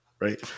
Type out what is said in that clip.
right